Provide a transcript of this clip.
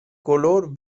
color